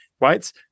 right